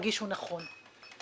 הוא נכון.